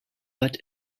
but